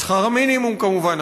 את שכר המינימום כמובן,